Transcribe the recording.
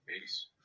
Peace